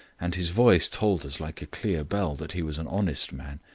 and his voice told us, like a clear bell, that he was an honest man.